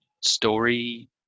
story